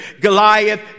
Goliath